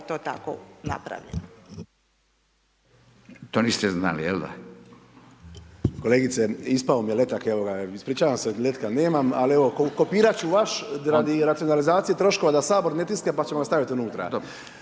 jel da? **Zekanović, Hrvoje (HRAST)** Kolegice, ispao mi je letak, evo ga, ispričavam se, letka nemam, ali evo, kopirati ću vaš radi racionalizacije troškova da Sabor ne tisne, pa ćemo staviti unutra.